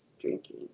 drinking